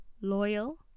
loyal